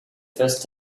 first